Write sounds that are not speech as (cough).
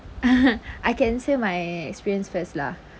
(noise) I can say my experience first lah